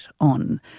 on